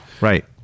Right